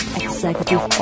executive